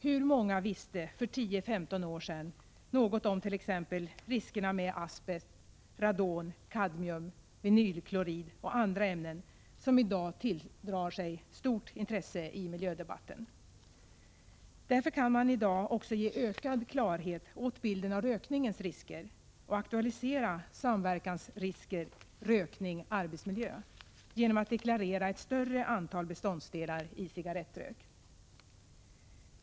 Hur många visste för 10-15 år sedan något om t.ex. riskerna med asbest, radon, kadmium, vinylklorid och andra ämnen som i dag tilldrar sig stort intresse i miljödebatten? Därför kan man i dag också ge ökad klarhet åt bilden av rökningens risker och aktualisera samverkande risker rökningarbetsmiljö genom att deklarera ett större antal beståndsdelar i cigarrettrök.